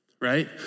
right